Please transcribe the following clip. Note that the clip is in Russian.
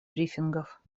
брифингов